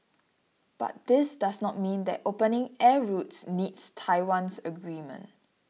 but this does not mean that opening air routes needs Taiwan's agreement